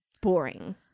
boring